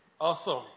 Awesome